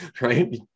right